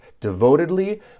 devotedly